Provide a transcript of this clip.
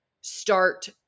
start